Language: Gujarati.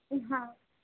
હા